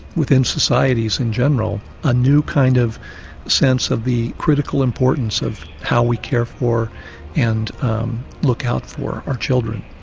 within societies in general, a new kind of sense of the critical importance of how we care for and look out for our children.